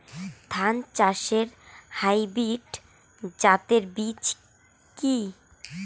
ধান চাষের হাইব্রিড জাতের বীজ কি?